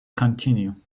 continue